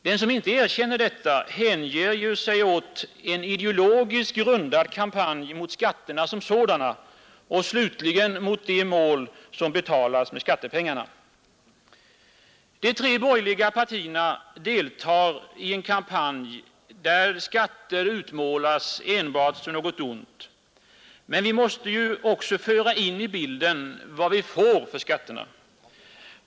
Den som inte erkänner detta hänger sig åt en ideologiskt grundad kampanj mot skatterna som sådana och slutligen mot de ändamål som betalas med skattepengarna. De tre borgerliga partierna deltar i en kampanj, där skatter utmålas som något enbart ont. Men vi måste ju också föra in i bilden vad vi får för skatterna.